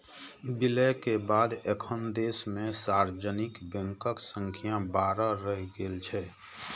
विलय के बाद एखन देश मे सार्वजनिक बैंकक संख्या बारह रहि गेल छै